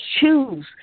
choose